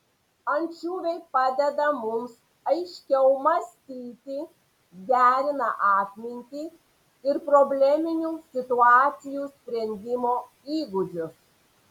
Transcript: ančiuviai padeda mums aiškiau mąstyti gerina atmintį ir probleminių situacijų sprendimo įgūdžius